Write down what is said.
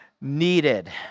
Needed